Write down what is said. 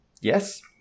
yes